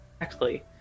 Actually-